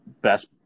best